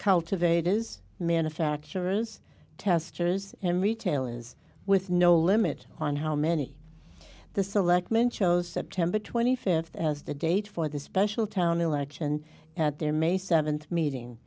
cultivators manufacturers testers and retail is with no limit on how many the selectmen chose september twenty fifth as the date for the special town election at their may seventh meeting